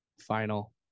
final